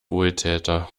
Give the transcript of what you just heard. wohltäter